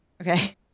okay